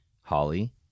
Holly